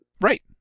Right